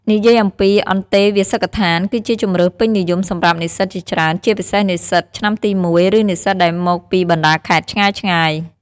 និយាយអំពី អន្តេវាសិកដ្ឋាន គឺជាជម្រើសពេញនិយមសម្រាប់និស្សិតជាច្រើន ជាពិសេសនិស្សិតឆ្នាំទី ១ ឬនិស្សិតដែលមកពីបណ្ដាខេត្តឆ្ងាយៗ។